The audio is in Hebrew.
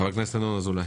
חבר הכנסת ינון אזולאי,